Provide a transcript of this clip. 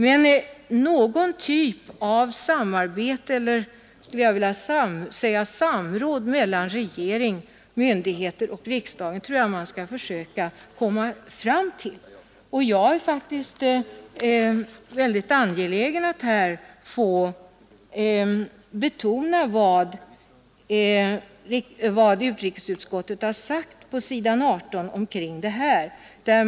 Men någon typ av samarbete eller samråd mellan regering, myndigheter och riksdag tror jag att man skall försöka komma fram till. Jag är faktiskt väldigt angelägen att här få betona vad utrikesutskottet har sagt på s. 18 om detta.